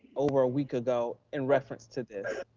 over a week ago in reference to this.